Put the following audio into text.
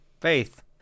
Faith